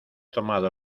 tomado